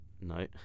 No